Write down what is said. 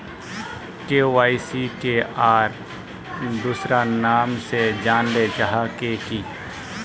KYC के आर दोसरा नाम से जानले जाहा है की?